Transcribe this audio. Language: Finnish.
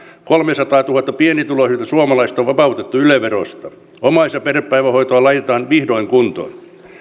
kolmesataatuhatta pienituloisinta suomalaista on vapautettu yle verosta omais ja perhepäivähoitoa laitetaan vihdoin kuntoon